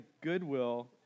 Goodwill